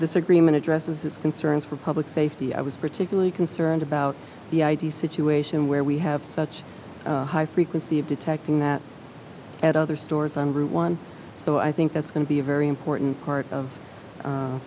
this agreement addresses his concerns for public safety i was particularly concerned about the id situation where we have such high frequency of detecting that at other stores on route one so i think that's going to be a very important part of